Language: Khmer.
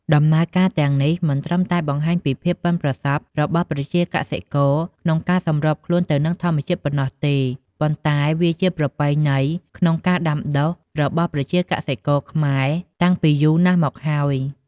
ដំណើរការទាំងនេះមិនត្រឹមតែបង្ហាញពីភាពប៉ិនប្រសប់របស់កសិករក្នុងការសម្របខ្លួនទៅនឹងធម្មជាតិប៉ុណ្ណោះទេ ប៉ុន្តែវាជាប្រពៃណីនៃក្នុងការដាំដុះរបស់ប្រជាកសិករខ្មែរតាំងពីយូរណាស់មកហើយ។